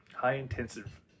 high-intensive